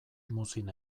muzin